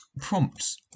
prompts